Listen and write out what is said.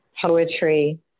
poetry